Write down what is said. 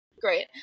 Great